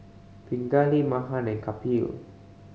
Pingali Mahan and Kapil